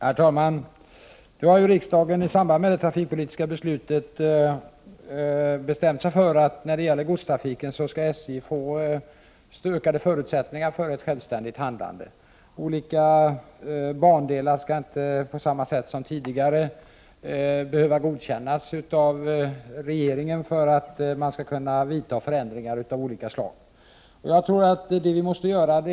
Herr talman! När det gäller godstrafiken har riksdagen i samband med det trafikpolitiska beslutet bestämt sig för att SJ skall få ökade förutsättningar för ett självständigt handlande. Regeringen skall inte på samma sätt som tidigare behöva godkänna att man gör förändringar av olika slag när det gäller olika bandelar.